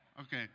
Okay